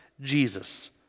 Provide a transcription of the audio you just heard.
Jesus